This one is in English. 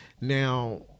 Now